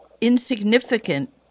insignificant